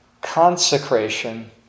consecration